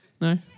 No